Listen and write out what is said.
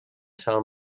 tell